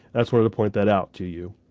ah sort of to point that out to you.